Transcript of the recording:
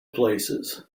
places